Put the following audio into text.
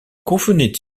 convenait